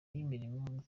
y’imirimo